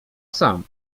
sam